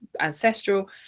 ancestral